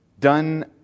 done